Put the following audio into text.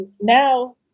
now